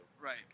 Right